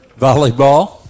volleyball